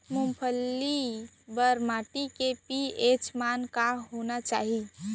मूंगफली बर माटी के पी.एच मान का होना चाही?